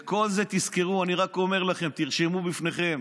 וכל זה, תזכרו, אני רק אומר לכם, תרשמו לפניכם,